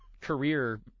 career